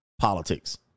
politics